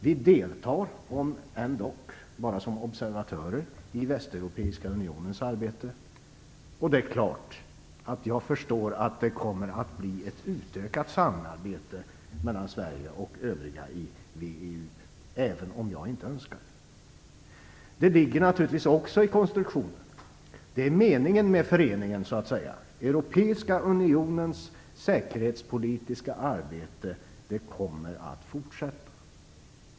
Vi deltar, om än bara som observatörer, i den västeuropeiska unionens arbete. Jag förstår att det kommer att bli ett utökat samarbete mellan Sverige och övriga länder i VEU, även om jag inte önskar det. Det ligger naturligtvis också i själva konstruktionen, och det är meningen med föreningen. Europeiska unionens säkerhetspolitiska arbete kommer att fortsätta.